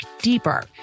deeper